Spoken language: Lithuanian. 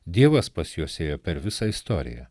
dievas pas juos ėjo per visą istoriją